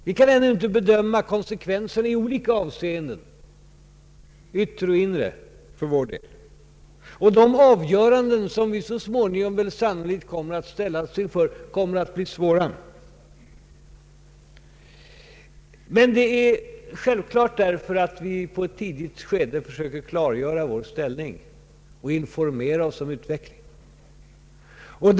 Vi kan ännu inte bedöma konsekvenserna i olika avseenden — yttre och inre för vår del — och de avgöranden som vi väl så småningom kommer att ställas inför, kommer att bli svåra. Men det är självklart därför vi på ett tidigt stadium söker klargöra vår ställning och informera oss om utvecklingen.